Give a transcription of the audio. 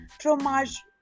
fromage